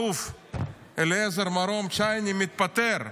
האלוף אליעזר מרום צ'ייני, מתפטר,